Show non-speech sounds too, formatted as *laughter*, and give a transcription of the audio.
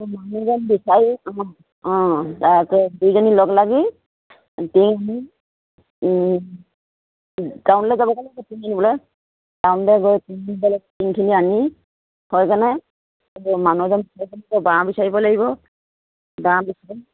*unintelligible*